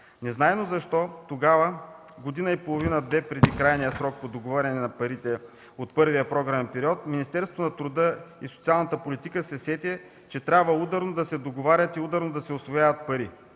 Незнайно защо тогава – година и половина-две преди крайния срок по договаряне на парите от първия програмен период, Министерството на труда и социалната политика се сети, че трябва ударно да се договарят и ударно да се усвояват пари.